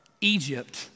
Egypt